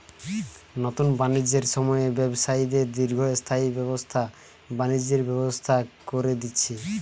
নুতন বাণিজ্যের সময়ে ব্যবসায়ীদের দীর্ঘস্থায়ী ব্যবসা বাণিজ্যের ব্যবস্থা কোরে দিচ্ছে